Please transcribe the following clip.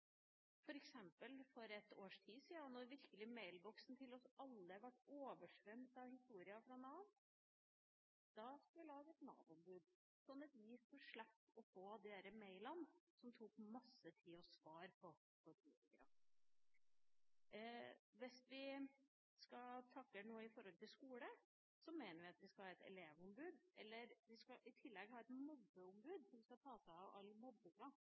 For et års tid siden, da alles mailboks ble oversvømt av historier om Nav, skulle vi lage et Nav-ombud, slik at politikerne skulle slippe å få disse mailene som tok masse tid å svare på. Hvis vi skal takle noe som gjelder skole, mener vi at vi skal ha et elevombud. I tillegg skal vi ha et mobbeombud som skal ta seg av